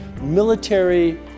military